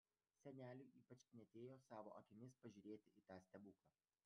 seneliui ypač knietėjo savo akimis pažiūrėti į tą stebuklą